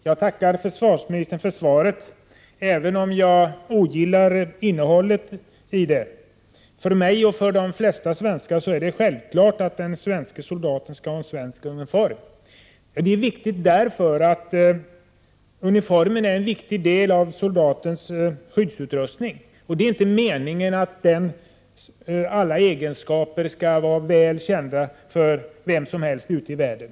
Herr talman! Jag tackar försvarsministern för svaret, även om jag ogillar innehållet i det. För mig och för de flesta svenskar är det självklart att den svenske soldaten skall ha svensktillverkad uniform. Det är viktigt därför att uniformen är en viktig del av soldatens skyddsutrustning. Det är inte meningen att alla dess egenskaper skall vara väl kända för vem som helst ute i världen.